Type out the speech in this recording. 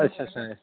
ਅੱਛਾ ਅੱਛਾ